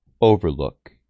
overlook